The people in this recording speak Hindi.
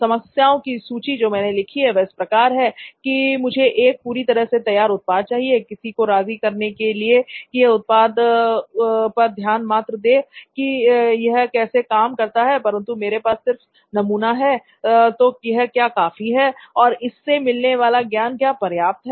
समस्याओं की सूची जो मैंने लिखी है वह इस प्रकार है की मुझे एक पूरी तरह से तैयार उत्पाद चाहिए किसी को राजी करने के लिए की वह इस उत्पाद पर ध्यान मात्र दे कि यह कैसे काम करता है परंतु मेरे पास सिर्फ नमूना है तो यह क्या काफी है और इससे मिलने वाला ज्ञान क्या पर्याप्त है